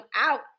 out